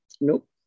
nope